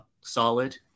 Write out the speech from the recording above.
solid